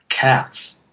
cats